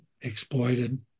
exploited